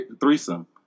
threesome